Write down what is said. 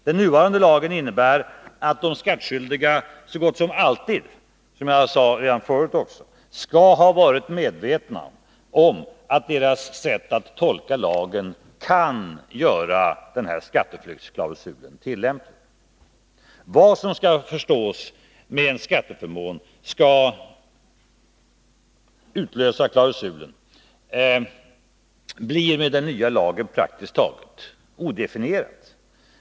Den nuvarande lagen innebär att de skattskyldiga så gott som alltid — som jag sade redan förut — skall ha varit medvetna om att deras sätt att tolka lagen kan göra skatteflyktsklausulen tillämplig. Vad som skall förstås med en skatteförmån som skall utlösa klausulen blir med den nya lagen praktiskt taget odefinierat.